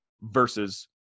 versus